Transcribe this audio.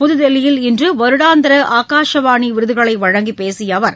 புத்தில்லியில் இன்று வருடாந்திர ஆகாஷ்வாணி விருதுகளை வழங்கி பேசிய அவர்